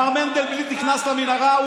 מר מנדלבליט נכנס למנהרה,